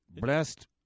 Blessed